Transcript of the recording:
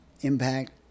impact